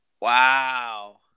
Wow